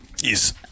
Yes